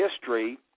history